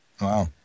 Wow